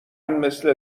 مثل